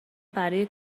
برای